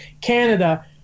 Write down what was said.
Canada